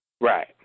Right